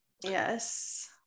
yes